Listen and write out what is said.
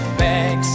back